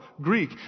Greek